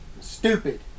stupid